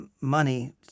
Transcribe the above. money